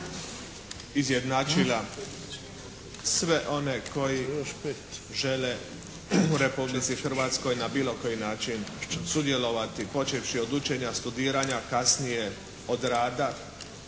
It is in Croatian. izjednačila sve one koji žele u Republici Hrvatskoj na bilo koji način sudjelovati počevši od učenja, studiranja, kasnije od rada